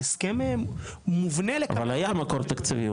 ההסכם מובנה ל- -- אבל היה מקור תקציבי,